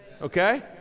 Okay